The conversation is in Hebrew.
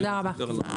תודה רבה.